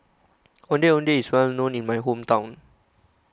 Ondeh Ondeh is well known in my hometown